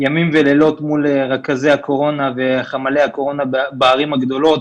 ימים ולילות מול רכזי הקורונה וחמ"לי הקורונה בערים הגדולות,